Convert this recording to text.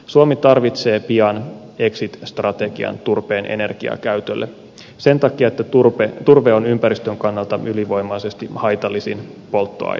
suomi tarvitsee pian exit strategian turpeen energiakäytölle sen takia että turve on ympäristön kannalta ylivoimaisesti haitallisin polttoaine